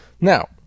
Now